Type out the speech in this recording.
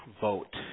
vote